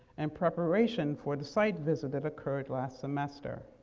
and preparation for the site visit that occurred last semester.